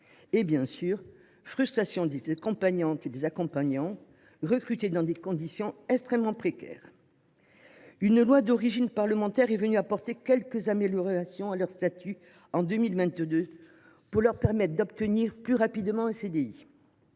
et, bien sûr, frustration des accompagnantes et des accompagnants, qui sont recrutés dans des conditions extrêmement précaires, même si une loi d’origine parlementaire a apporté, en 2022, quelques améliorations à leur statut, pour leur permettre d’obtenir plus rapidement un CDI.